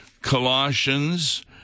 Colossians